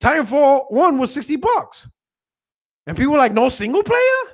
time for one was sixty bucks. and if you were like no single-player